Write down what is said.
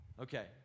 Okay